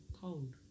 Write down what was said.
cold